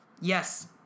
yes